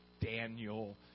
Daniel